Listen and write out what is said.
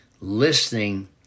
listening